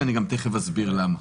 ואני תיכף אסביר למה.